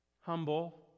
humble